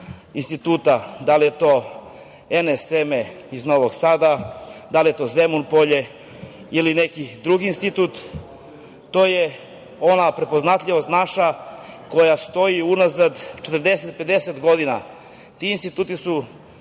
instituta, da li je to NS seme iz Novog Sada, da li je to Zemun Polje, ili neki drugi institut, to je ona prepoznatljivost naša koja stoji unazad 40, 50 godina. Ti instituti su